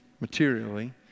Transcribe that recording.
materially